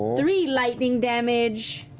three lightning damage.